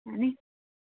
ऐनी